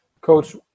Coach